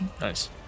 Nice